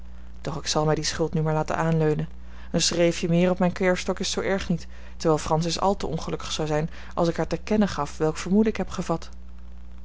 ik zal mij die schuld nu maar laten aanleunen een schreefje meer op mijn kerfstok is zoo erg niet terwijl francis al te ongelukkig zou zijn als ik haar te kennen gaf welk vermoeden ik heb gevat